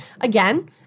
again